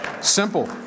Simple